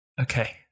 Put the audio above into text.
Okay